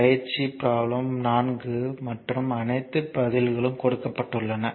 பயிற்சி ப்ரோப்ளம் 4 மற்றும் அனைத்து பதில்களும் கொடுக்கப்பட்டுள்ளன